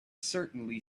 certainly